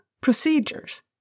procedures